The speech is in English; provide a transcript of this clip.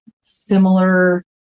similar